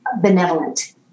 benevolent